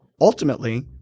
ultimately